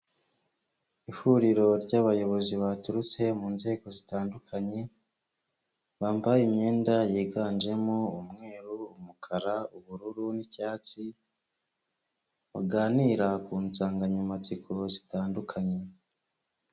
Ihuriro ry'abayobozi baturutse mu nzego zitandukanye, bambaye imyenda yiganjemo umweru, umukara, ubururu n'cyatsi, baganira ku nsanganyamatsiko zitandukanye.